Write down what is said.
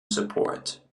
support